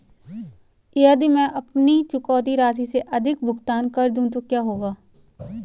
यदि मैं अपनी चुकौती राशि से अधिक भुगतान कर दूं तो क्या होगा?